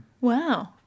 wow